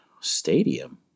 Stadium